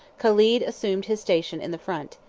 caled assumed his station in the front,